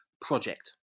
project